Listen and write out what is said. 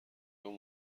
اون